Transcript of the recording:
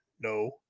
No